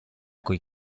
coi